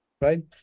right